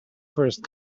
first